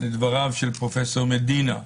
לדבריו של פרופ' מדינה.